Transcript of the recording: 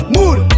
Mood